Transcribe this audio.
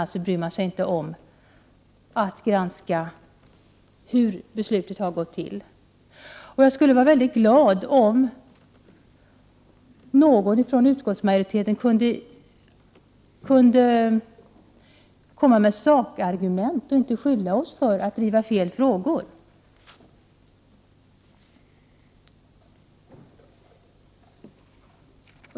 Alltså bryr man sig inte om att granska hur beslutet har fattats. Det skulle glädja mig om någon från konstitutionsutskottets majoritet kunde lägga fram sakargumenten och inte beskylla oss för att driva fel frågor.